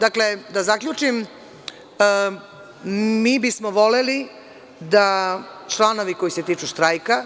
Dakle, da zaključim mi bismo voleli da članovi koji se tiču štrajka